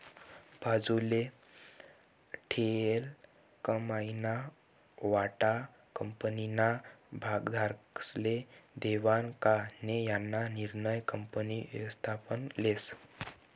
बाजूले ठीयेल कमाईना वाटा कंपनीना भागधारकस्ले देवानं का नै याना निर्णय कंपनी व्ययस्थापन लेस